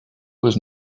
was